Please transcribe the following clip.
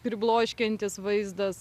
pribloškiantis vaizdas